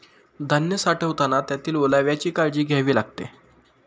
धान्य साठवताना त्यातील ओलाव्याची काळजी घ्यावी लागते